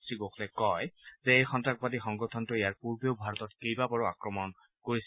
শ্ৰীগোখলে কয় যে এই সন্ত্ৰাসবাদী সংগঠনটোৱে ইয়াৰ পূৰ্বেও ভাৰতত কেইবাবাৰো আক্ৰমণ কৰিছিল